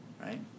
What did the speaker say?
Right